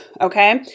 Okay